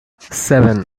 seven